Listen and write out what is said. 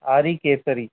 آری کیسری